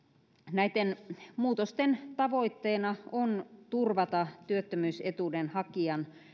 näitten muutosten tavoitteena on turvata työttömyysetuuden hakijan